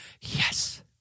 yes